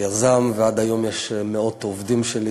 ויזם, ועד היום יש מאות עובדים שלי